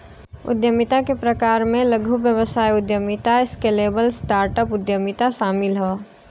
उद्यमिता के प्रकार में लघु व्यवसाय उद्यमिता, स्केलेबल स्टार्टअप उद्यमिता शामिल हौ